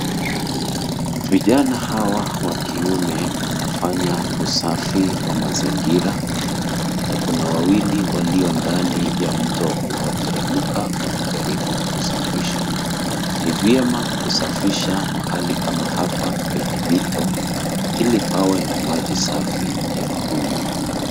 Vijana hawa wa kiume wanafanya usafi wa mazingira na kuna wawili walio ndani ya mto unaoteremka wakijaribu kusafisha. Ni vyema kusafisha mahali kama hapa penye mito ili pawe na maji safi ya kunywa.